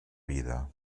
vida